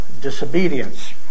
disobedience